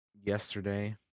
yesterday